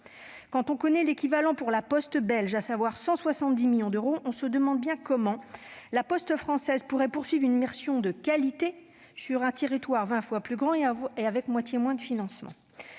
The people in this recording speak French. Quand on connaît l'équivalent dont dispose La Poste belge, à savoir 170 millions d'euros, on se demande comment La Poste française pourrait poursuivre une mission de qualité sur un territoire vingt fois plus grand et avec moitié moins d'argent